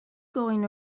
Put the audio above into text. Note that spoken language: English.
going